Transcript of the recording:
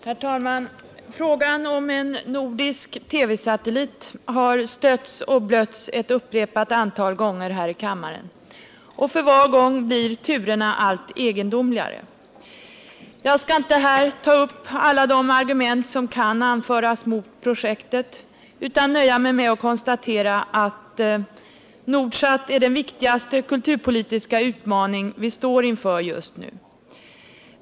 Herr talman! Frågan om en nordisk TV-satellit har stötts och blötts ett upprepat antal gånger här i kammaren, och för var gång blir turerna allt egendomligare. Jag skall inte här ta upp alla de argument som kan anföras mot projektet utan nöja mig med att konstatera att Nordsat är den viktigaste kulturpolitiska utmaning vi står inför just nu.